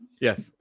Yes